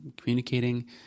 communicating